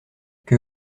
que